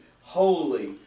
holy